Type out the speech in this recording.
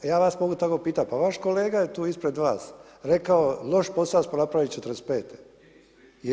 Ja vas mogu tako pitati, pa vaš kolega je tu ispred vas, rekao loš posao smo napravili 45-te.